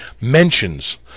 mentions